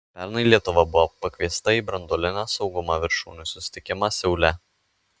pernai lietuva buvo pakviesta į branduolinio saugumo viršūnių susitikimą seule